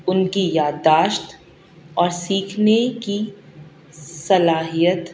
ان کی یادداشت اور سیکھنے کی صلاحیت